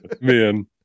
Man